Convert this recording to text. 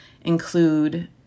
include